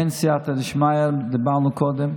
אין סייעתא דשמיא, דיברנו קודם,